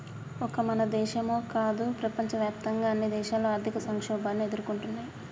ఒక మన దేశమో కాదు ప్రపంచవ్యాప్తంగా అన్ని దేశాలు ఆర్థిక సంక్షోభాన్ని ఎదుర్కొంటున్నయ్యి